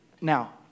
Now